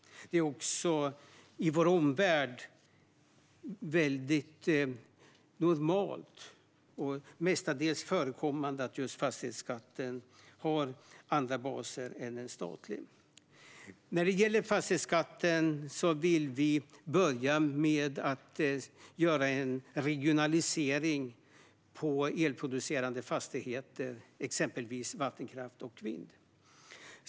Det är också i vår omvärld väldigt normalt och mestadels förekommande att just fastighetsskatten har andra baser än en statlig. När det gäller fastighetsskatten vill vi börja med att göra en regionalisering av elproducerande fastigheter, exempelvis vattenkraft och vind.